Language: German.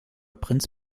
prinz